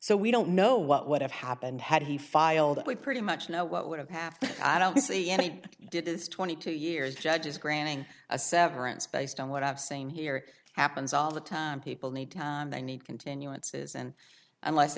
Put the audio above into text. so we don't know what would have happened had he filed it we pretty much know what would have happened i don't see any did this twenty two years judges granting a severance based on what i've seen here happens all the time people need time they need continuances and unless